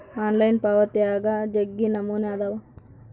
online ಪಾವಾತ್ಯಾಗ ಜಗ್ಗಿ ನಮೂನೆ ಅದಾವ